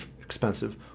expensive